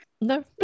no